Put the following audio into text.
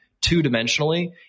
two-dimensionally